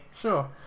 Sure